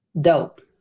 Dope